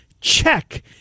check